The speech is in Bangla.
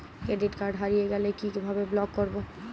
ক্রেডিট কার্ড হারিয়ে গেলে কি ভাবে ব্লক করবো?